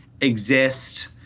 exist